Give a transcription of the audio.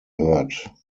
heard